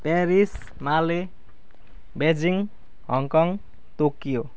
Paris Male Beijing Hong Kong Tokyo